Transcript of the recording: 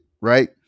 right